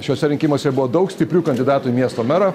šiuose rinkimuose buvo daug stiprių kandidatų į miesto merą